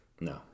no